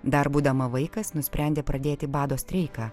dar būdama vaikas nusprendė pradėti bado streiką